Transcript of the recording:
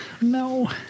No